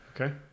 Okay